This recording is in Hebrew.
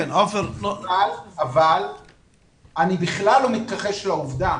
אבל אני בכלל לא מתכחש לעובדה